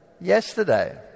Yesterday